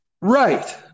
Right